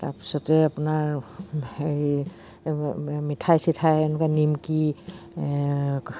তাৰপিছতে আপোনাৰ হেৰি মিঠাই চিঠাই এনেকুৱা নিমকি